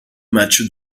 match